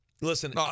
listen